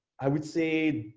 i would say